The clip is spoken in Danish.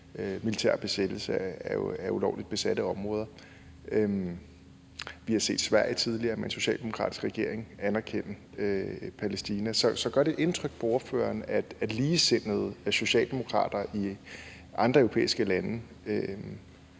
militære besættelse af ulovligt besatte områder. Vi har tidligere set Sverige med en socialdemokratisk regering anerkende Palæstina. Så gør det indtryk på ordføreren, at ligesindede socialdemokrater i andre europæiske lande